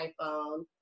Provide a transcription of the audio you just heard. iPhone